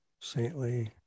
saintly